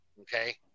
Okay